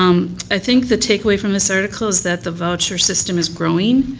um i think the take away from this article is that the voucher system is growing